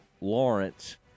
Lawrence